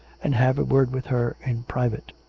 and have a word with her in private.